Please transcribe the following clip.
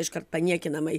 iškart paniekinamai